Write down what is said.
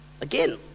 Again